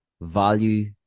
value